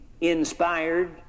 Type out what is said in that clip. inspired